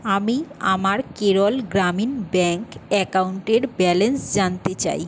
আমি আমার কেরল গ্রামীণ ব্যাঙ্ক অ্যাকাউন্টের ব্যালেন্স জানতে চাই